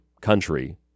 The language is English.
country